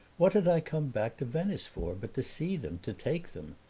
what had i come back to venice for but to see them, to take them?